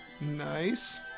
nice